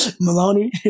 Maloney